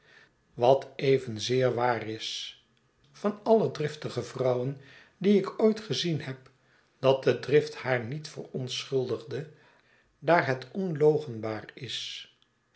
wat evenzeer waar is van alle driftige vrouwen die ik ooit gezien heb dat de drift haar niet verontschuldigde daar het onloochenbaar is